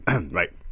Right